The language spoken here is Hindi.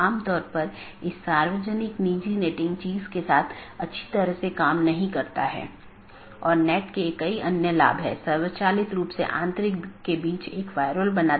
तो एक BGP विन्यास एक ऑटॉनमस सिस्टम का एक सेट बनाता है जो एकल AS का प्रतिनिधित्व करता है